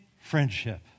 friendship